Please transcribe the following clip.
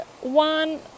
one